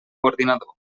ordinador